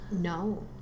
No